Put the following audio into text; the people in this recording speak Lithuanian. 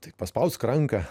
tai paspausk ranką